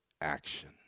action